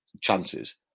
chances